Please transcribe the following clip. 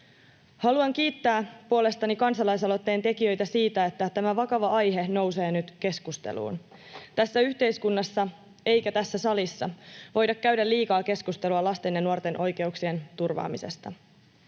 Haluan kiittää puolestani kansalaisaloitteen tekijöitä siitä, että tämä vakava aihe nousee nyt keskusteluun. Tässä yhteiskunnassa ja tässä salissa ei voida käydä liikaa keskustelua lasten ja nuorten oikeuksien turvaamisesta.